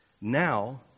Now